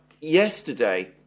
yesterday